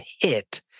hit